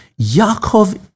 Yaakov